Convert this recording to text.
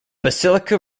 basilica